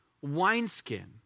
wineskin